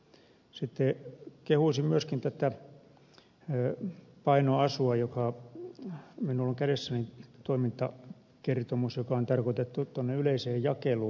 sitten kehuisin myöskin tämän toimintakertomuksen painoasua joka minulla on kädessäni joka on tarkoitettu tuonne yleiseen jakeluun